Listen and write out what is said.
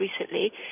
recently